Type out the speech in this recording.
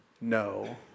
no